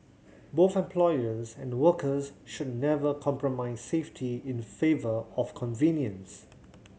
both employers and workers should never compromise safety in favour of convenience